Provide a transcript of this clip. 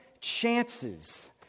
chances